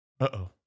uh-oh